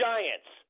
Giants